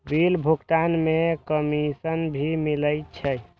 Bill भुगतान में commission भी मिले छै?